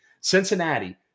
Cincinnati